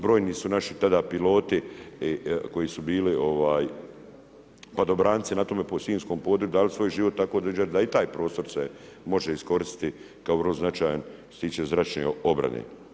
Brojni su naši tada piloti koji su bili padobranci na tome po sinjskom području dali svoj života, tako da i taj prostor se može iskoristiti kao vrlo značajan što se tiče zračne obrane.